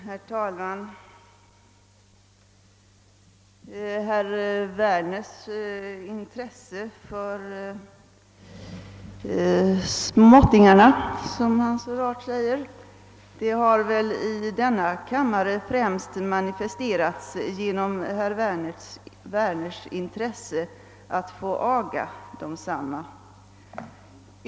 Herr talman! Herr Werners intresse för »småttingarna», som han så rart säger, har väl i denna kammare främst manifesterats genom herr Werners önskan att man skall få aga barnen.